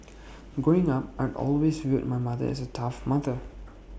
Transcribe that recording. growing up I'd always viewed my mother as A tough mother